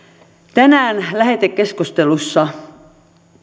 tänään lähetekeskustelussa